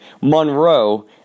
Monroe